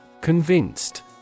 Convinced